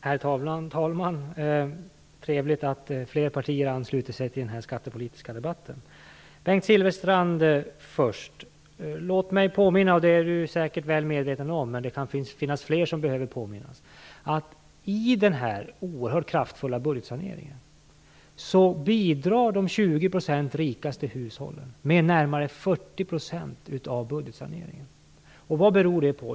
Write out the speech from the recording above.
Herr talman! Det är trevligt att fler partier ansluter sig till den här skattepolitiska debatten. Jag tar Bengt Silfverstrands frågor först. Låt mig påminna om - och det är han säkert väl medveten om, men det kan finnas fler som behöver påminnas - att i den oerhört kraftfulla budgetsaneringen bidrar de 20 % rikaste hushållen med närmare 40 % av budgetsaneringen. Vad beror det på?